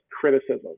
criticism